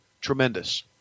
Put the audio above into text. tremendous